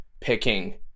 picking